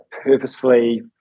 purposefully